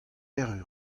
erru